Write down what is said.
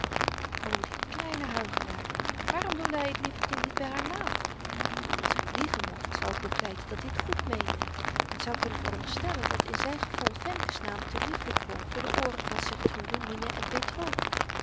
o die kleine huichelaar waarom noemde hy t lieve kind niet by haar naam als ik liegen mocht zou ik bepleiten dat-i t goed meende men zou kunnen veronderstellen dat in zyn gevoel femke's naam te liefelyk klonk voor de ooren van sertrude mine en petr